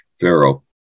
Pharaoh